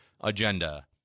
agenda